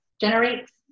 generates